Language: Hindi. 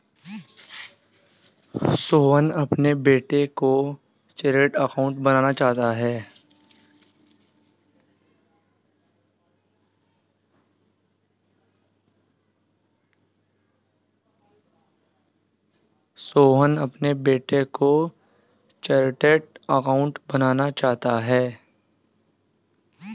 सोहन अपने बेटे को चार्टेट अकाउंटेंट बनाना चाहता है